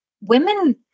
women